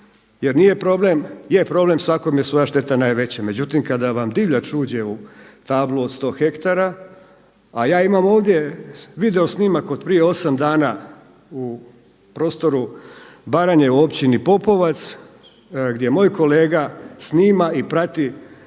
Jer nije problem, je problem svakom je svoja šteta najveća. Međutim kada vam divljač uđe u tablu od 100 ha, a ja imam ovdje video snimak od prije 8 dana u prostoru Baranje u općini Popovac, gdje moj kolega snima i prati